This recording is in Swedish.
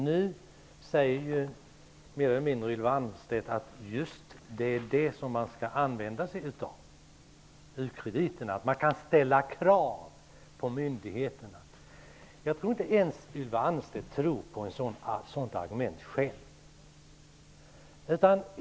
Nu säger Ylva Annerstedt mer eller mindre att det just är dessa man skall använda sig av. Man kan ställa krav på myndigheterna. Jag tror inte att ens Ylva Annerstedt själv tror på ett sådant argument.